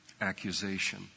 accusation